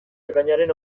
ekainaren